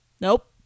nope